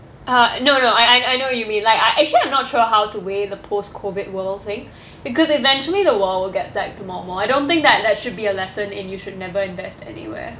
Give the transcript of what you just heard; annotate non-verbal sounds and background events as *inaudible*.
uh no no I I I know what you mean like I actually I'm not sure how to weigh the post COVID world thing *breath* because eventually the world would get back to normal I don't think that that should be a lesson in you should never invest anywhere